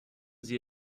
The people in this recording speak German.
sie